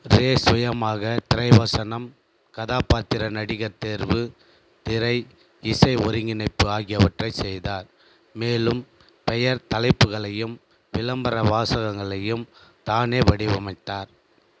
ரே சுயமாக திரைவசனம் கதாப்பாத்திர நடிகர் தேர்வு திரை இசை ஒருங்கிணைப்பு ஆகியவற்றை செய்தார் மேலும் பெயர் தலைப்புகளையும் விளம்பர வாசகங்களையும் தானே வடிவமைத்தார்